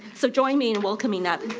so join me in welcoming up